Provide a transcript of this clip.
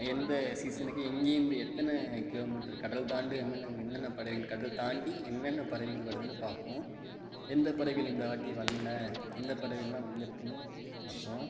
எந்த சீசனுக்கு எங்கேருந்து எத்தனை கிலோ மீட்டர் கடல் தாண்டி என்னென்ன என்னென்ன பறவைகள் கடல் தாண்டி என்னென்ன பறவைகள் வருதுன்னு பார்ப்போம் எந்த பறவைகள் இந்த வாட்டி வரல எந்த பறவைகளெலாம் வந்திருக்குன்னு பார்ப்போம்